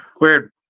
weird